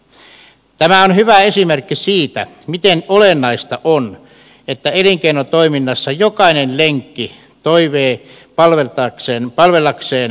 tämä on hyvä esimerkki siitä miten olennaista on että elinkeinotoiminnassa jokainen lenkki toimii palvellakseen kokonaisuutta